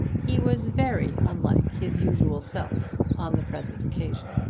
he was very unlike his usual self on the present occasion.